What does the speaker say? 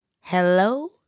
Hello